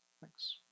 Thanks